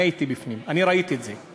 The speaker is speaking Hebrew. אני הייתי בפנים, אני ראיתי את זה.